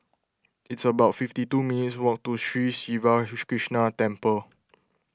it's about fifty two minutes' walk to Sri Siva Krishna Temple